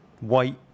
White